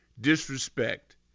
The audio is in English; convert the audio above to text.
disrespect